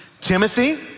Timothy